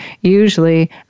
usually